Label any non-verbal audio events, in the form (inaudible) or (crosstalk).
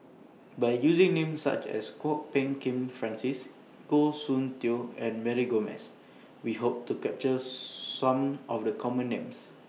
By using Names such as Kwok Peng Kin Francis Goh Soon Tioe and Mary Gomes We Hope to capture (noise) Some of The Common Names